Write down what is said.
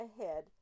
ahead